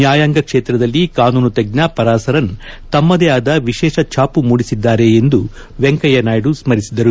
ನ್ಯಾಯಾಂಗ ಕ್ಷೇತ್ರದಲ್ಲಿ ಕಾನೂನು ತಜ್ಜ ಪರಾಸರನ್ ತಮ್ನದೇ ಆದ ವಿಶೇಷ ಛಾಪು ಮೂಡಿಸಿದ್ದಾರೆ ಎಂದು ವೆಂಕಯ್ಯ ನಾಯ್ದು ಸ್ಪರಿಸಿದರು